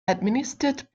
administered